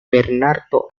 bernardo